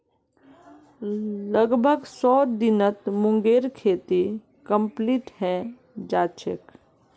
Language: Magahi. लगभग सौ दिनत मूंगेर खेती कंप्लीट हैं जाछेक